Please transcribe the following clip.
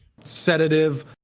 sedative